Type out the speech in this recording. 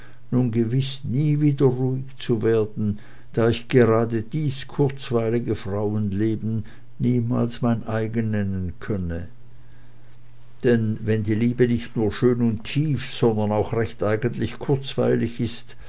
nun gewiß nie wieder ruhig zu werden da ich gerade dies kurzweilige frauenleben niemals mein nennen könne denn wenn die liebe nicht nur schön und tief sondern auch recht eigentlich kurzweilig ist